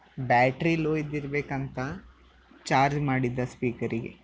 battery low ಇದ್ದಿರಬೇಕಂತ charge ಮಾಡಿದ್ದ ಸ್ಪೀಕರಿಗೆ